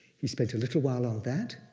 he spent a little while on that.